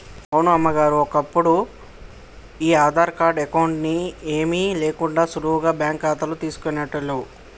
అవును అమ్మగారు ఒప్పుడు ఈ ఆధార్ కార్డు అకౌంట్ అని ఏమీ లేకుండా సులువుగా బ్యాంకు ఖాతాలు తీసుకునేటోళ్లు